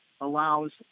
allows